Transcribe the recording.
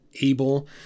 able